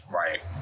right